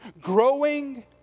Growing